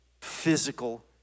physical